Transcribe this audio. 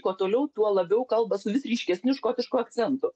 kuo toliau tuo labiau kalba su vis ryškesniu škotišku akcentu